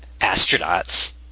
Astronauts